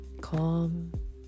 calm